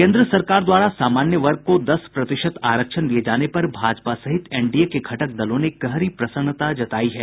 केन्द्र सरकार द्वारा सामान्य वर्ग को दस प्रतिशत आरक्षण दिये जाने पर भाजपा सहित एनडीए के घटक दलों ने गहरी प्रसन्नता जतायी है